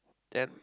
then